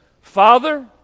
Father